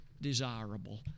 desirable